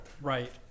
Right